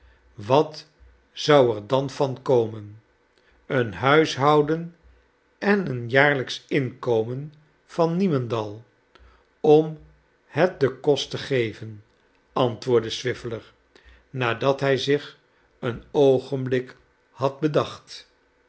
wat zou er dan van komen een huishouden en een jaarlijkschinkomen van niemendal om het den kost te geven antwoordde swiveller nadat hij zich een oogenblik had bedacht